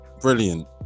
Brilliant